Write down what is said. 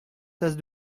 tasse